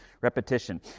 repetition